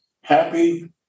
happy